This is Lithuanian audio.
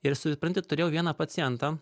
ir supranti turėjau vieną pacientą